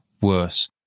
worse